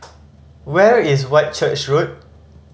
where is Whitchurch Road